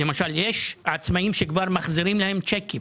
למשל, יש עצמאים שכבר מחזירים להם צ'קים.